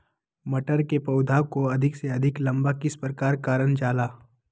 मटर के पौधा को अधिक से अधिक लंबा किस प्रकार कारण जाला?